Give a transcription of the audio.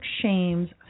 shames